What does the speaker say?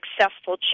Successful